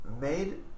Made